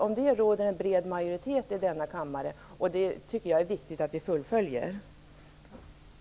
Om det finns en bred majoritet i denna kammare. Jag tycker att det är viktigt att vi fullföljer beslutet.